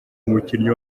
umukinnyi